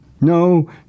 No